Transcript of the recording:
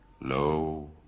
Lo